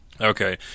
Okay